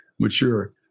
mature